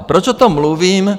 Proč o tom mluvím?